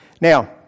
Now